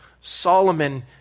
Solomon